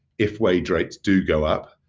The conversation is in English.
if wage rates do go up,